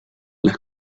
las